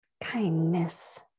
kindness